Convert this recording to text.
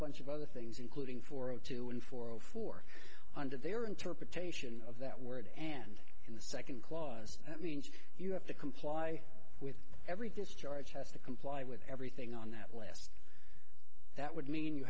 bunch of other things including four zero two one four zero four under their interpretation of that word and in the second clause that means you have to comply with every discharge has to comply with everything on that that would mean you